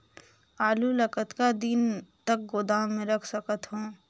आलू ल कतका दिन तक गोदाम मे रख सकथ हों?